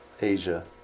Asia